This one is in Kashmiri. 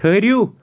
ٹھٔہرِو